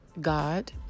god